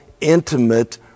intimate